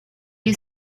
you